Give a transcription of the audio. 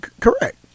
Correct